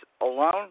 alone